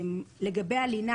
לגבי הלינה,